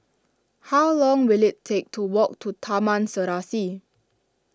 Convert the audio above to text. how long will it take to walk to Taman Serasi